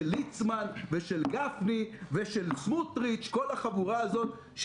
ליצמן ושל גפני ושל סמוטריץ' כל החבורה הזאת,